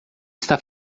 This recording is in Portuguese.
está